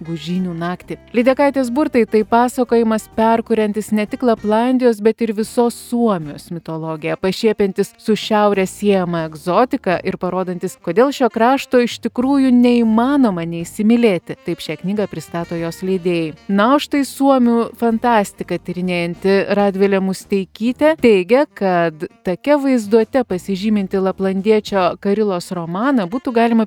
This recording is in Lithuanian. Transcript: gūžynių naktį lydekaitės burtai tai pasakojimas perkuriantis ne tik laplandijos bet ir visos suomijos mitologiją pašiepiantis su šiaurės siejama egzotika ir parodantis kodėl šio krašto iš tikrųjų neįmanoma neįsimylėti taip šią knygą pristato jos leidėjai na o štai suomių fantastiką tyrinėjanti radvilė musteikytė teigia kad tokia vaizduote pasižymintį laplandiečio karilos romaną būtų galima